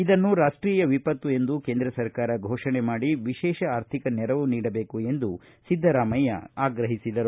ಇದನ್ನು ರಾಷ್ವೀಯ ವಿಪತ್ತು ಎಂದು ಕೇಂದ್ರ ಸರ್ಕಾರ ಘೋಷಣೆ ಮಾಡಿ ವಿಶೇಷ ಆರ್ಥಿಕ ನೆರವು ನೀಡಬೇಕು ಎಂದು ಸಿದ್ದರಾಮಯ್ಯ ಒತ್ತಾಯಿಸಿದರು